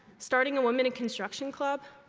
starting a women in construction club,